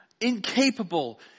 incapable